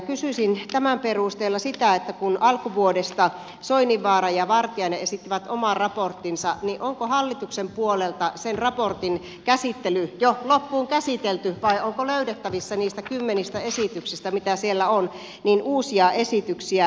kysyisin tämän perusteella sitä että kun alkuvuodesta soininvaara ja vartiainen esittivät oman raporttinsa niin onko hallituksen puolelta sen raportin käsittely jo loppuun käsitelty vai onko löydettävissä niistä kymmenistä esityksistä mitä siellä on uusia esityksiä